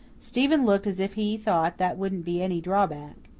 stephen looked as if he thought that wouldn't be any drawback.